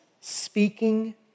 speaking